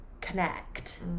connect